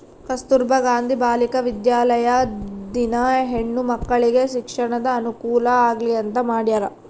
ಕಸ್ತುರ್ಭ ಗಾಂಧಿ ಬಾಲಿಕ ವಿದ್ಯಾಲಯ ದಿನ ಹೆಣ್ಣು ಮಕ್ಕಳಿಗೆ ಶಿಕ್ಷಣದ ಅನುಕುಲ ಆಗ್ಲಿ ಅಂತ ಮಾಡ್ಯರ